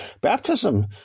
Baptism